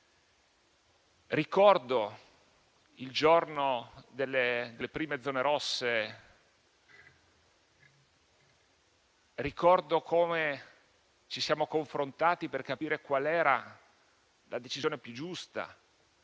Ricordo il giorno delle prime zone rosse; ricordo come ci siamo confrontati per capire qual era la decisione più giusta,